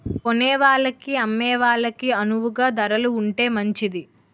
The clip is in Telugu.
కొనేవాళ్ళకి అమ్మే వాళ్ళకి అణువుగా ధరలు ఉంటే మంచిది